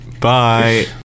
Bye